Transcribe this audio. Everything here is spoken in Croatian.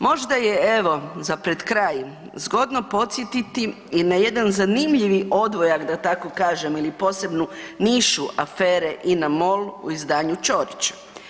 Možda je evo za pred kraj zgodno podsjetiti i na jedan zanimljivi odvojak da tako kažem ili posebnu nišu afere INA-MOL u izdanju Ćorića.